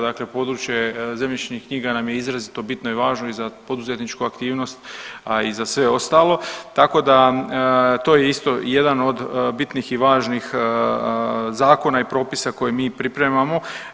Dakle područje zemljišnih knjiga nam je izrazito bitno i važno i za poduzetničku aktivnost, a i za sve ostalo, tako da to je isto jedan od bitnih i važnih zakona i propisa koje mi pripremamo.